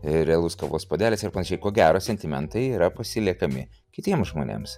realus kavos puodelis ir pavyzdžiui ko gero sentimentai yra pasiliekami kitiems žmonėms